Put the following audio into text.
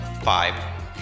Five